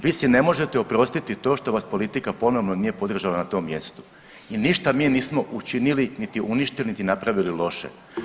Vi si ne možete oprostiti to što vas politika ponovno nije podržala na tom mjestu i ništa mi nismo učinili, niti uništili, niti napravili loše.